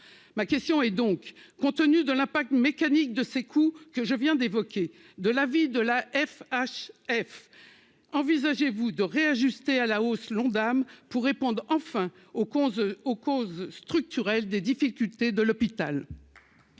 ma question est donc : compte tenu de la PAC mécanique de ses coups que je viens d'évoquer, de l'avis de la F. H. F, envisagez-vous de réajuster à la hausse l'Ondam pour répondre enfin aux causes aux causes structurelles des difficultés de l'hôpital.